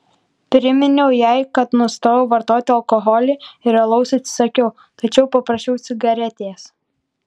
priminiau jai kad nustojau vartoti alkoholį ir alaus atsisakiau tačiau paprašiau cigaretės